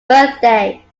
birthday